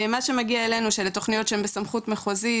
מה שמגיע אלינו שאלה תכניות שבסמכות מחוזית,